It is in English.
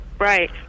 right